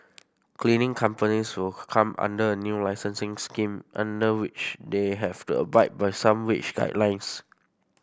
cleaning companies will come under a new licensing scheme under which they have to abide by some wage guidelines